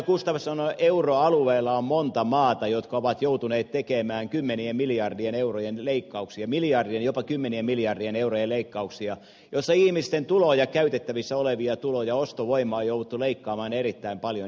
gustafsson euroalueella on monta maata jotka ovat joutuneet tekemään kymmenien miljardien eurojen leikkauksia miljardien jopa kymmenien miljardien eurojen leikkauksia joissa ihmisten tuloja käytettävissä olevia tuloja ostovoimaa on jouduttu leikkaamaan erittäin paljon jnp